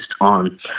on